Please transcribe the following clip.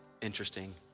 interesting